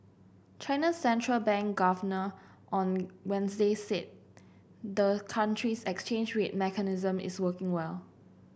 China's central bank governor on Wednesday said the country's exchange rate mechanism is working well